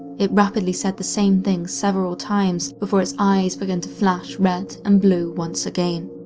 it rapidly said the same thing several times before its eyes began to flash red and blue once again.